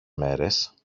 μέρες